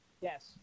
Yes